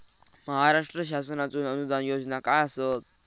महाराष्ट्र शासनाचो अनुदान योजना काय आसत?